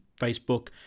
facebook